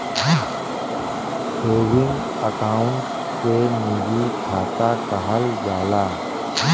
सेवींगे account के निजी खाता कहल जाला